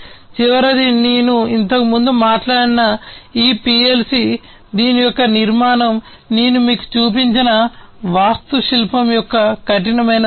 చివరిది నేను ఇంతకు ముందు మాట్లాడిన ఈ పిఎల్సి దీని యొక్క నిర్మాణం నేను మీకు చూపించిన వాస్తుశిల్పం యొక్క కఠినమైన స్కెచ్